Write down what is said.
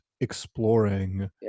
exploring